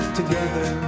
together